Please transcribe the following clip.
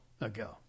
ago